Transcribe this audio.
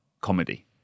comedy